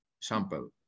sample